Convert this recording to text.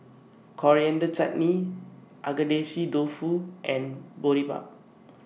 Coriander Chutney Agedashi Dofu and Boribap